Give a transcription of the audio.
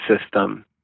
system